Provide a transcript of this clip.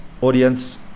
audience